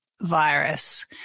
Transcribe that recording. virus